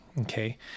Okay